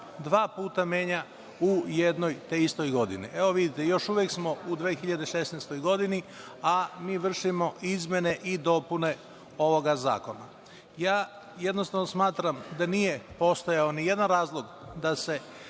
dva puta menja u jednoj te istoj godini i evo vidite još uvek smo u 2016. godini, a mi vršimo izmene i dopune ovog zakona. Jednostavno, smatram da nije postojao ni jedan razlog da se